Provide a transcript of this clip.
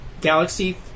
Galaxy